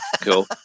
Cool